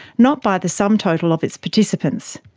not by the sum total of its participants.